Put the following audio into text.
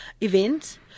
events –